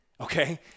okay